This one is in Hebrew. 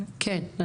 כן,